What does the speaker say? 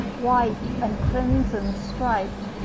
white and crimson striped,